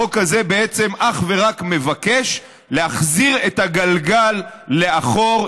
החוק הזה בעצם אך ורק מבקש להחזיר את הגלגל לאחור,